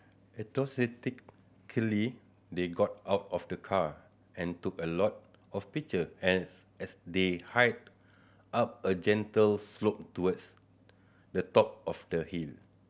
enthusiastically they got out of the car and took a lot of picture as as they hiked up a gentle slope towards the top of the hill